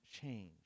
change